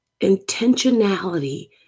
intentionality